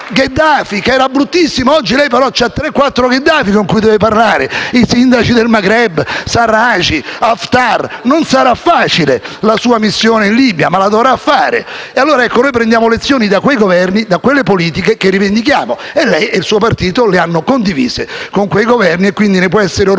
lei, Ministro, ha tre o quattro Gheddafi con cui deve parlare: i sindaci del Maghreb, Sarraj, Haftar. Non sarà facile la sua missione in Libia, ma dovrà farla. E allora, noi prendiamo lezioni da quei Governi e da quelle politiche che rivendichiamo e lei e il suo partito le avete condivise con quei Governi e quindi come noi può esserne orgoglioso.